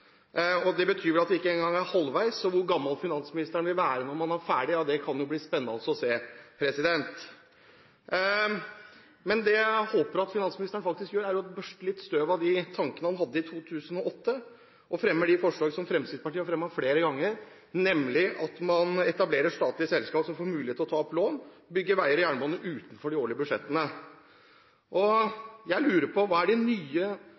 Det betyr at vi ikke engang er halvveis. Og hvor gammel finansministeren vil være når man er ferdig, kan bli spennende å se. Det jeg håper finansministeren faktisk gjør, er å børste litt støv av de tankene han hadde i 2008, og fremme de forslag som Fremskrittspartiet har fremmet flere ganger, nemlig at man etablerer statlige selskap som får mulighet til å ta opp lån og bygge veier og jernbane utenfor de årlige budsjettene.